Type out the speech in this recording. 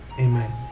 Amen